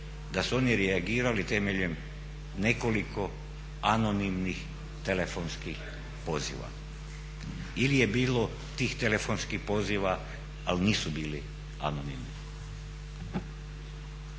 da su oni reagirali temeljem nekoliko anonimnih telefonskih poziva ili je bilo tih telefonskih poziva ali nisu bili anonimni.